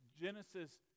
Genesis